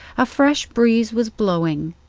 a fresh breeze was blowing.